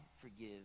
forgive